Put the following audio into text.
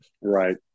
Right